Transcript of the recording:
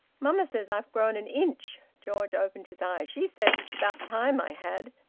mamma says i've grown an inch. george opened his eyes. she says it's about time i had!